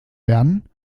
bern